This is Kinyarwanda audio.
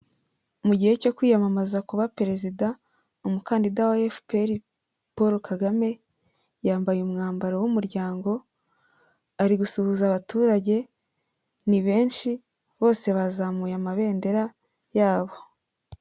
Mu gihe cyo kwiyamamaza kuba perezida umukandida wa FPPR Paul Kagame, yambaye umwambaro w'umuryango ari gusuhuza abaturage, ni benshi bose bazamuye amabendera yabo.